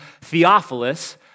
Theophilus